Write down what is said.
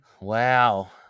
wow